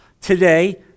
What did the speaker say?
Today